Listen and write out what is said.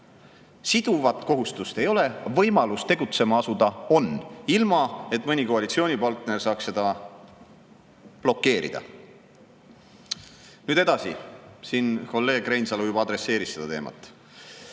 Siduvat kohustust ei ole, võimalus tegutsema asuda on, ilma et mõni koalitsioonipartner saaks seda blokeerida. Nüüd edasi, siin kolleeg Reinsalu juba adresseeris seda teemat.